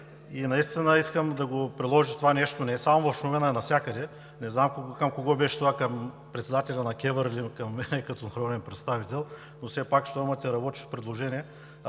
наистина искам да го приложите това нещо не само в Шумен, а и навсякъде. Не знам към кого беше това? Към председателя на КЕВР или към мен като народен представител? Все пак, щом имате работещо предложение,